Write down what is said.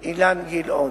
אילן גילאון.